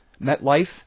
MetLife